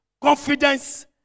confidence